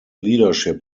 leadership